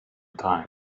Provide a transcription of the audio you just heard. time